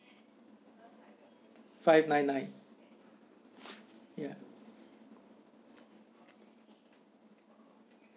five nine nine yup